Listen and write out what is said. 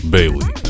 Bailey